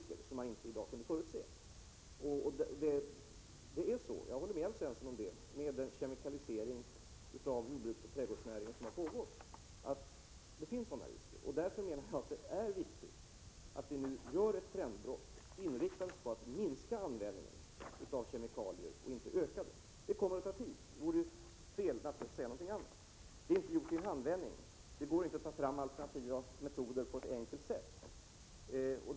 Det finns sådana risker, jag håller med Alf Svensson om det, med den kemikalisering av jordbruket och trädgårdsnäringen som har pågått. Därför menar jag att det är viktigt att vi nu gör ett trendbrott och inriktar oss på att minska användningen av kemikalier och inte öka den. Detta kommer att ta tid. Det vore fel att säga någonting annat. Det är inte gjort i en handvändning. Det går inte att ta fram alternativa metoder på ett enkelt sätt.